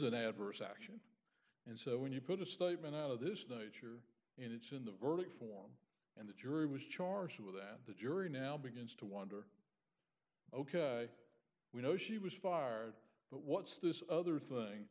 an adverse action and so when you put a statement out of this nature it's in the verdict form and the jury was charged with that the jury now begins to wonder ok we know she was fired but what's this other thing